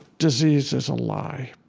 disease is a lie.